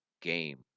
game